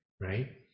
right